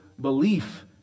belief